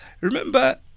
Remember